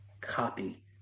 copy